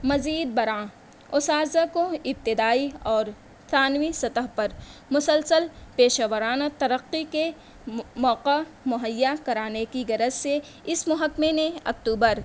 مزید برآں اُساتذہ کو ابتدائی اور ثانوی سطح پر مسلسل پیشہ ورانہ ترقی کے موقع مہّیا کرانے کی غرض سے اِس محکمے نے اکتوبر